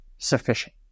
sufficient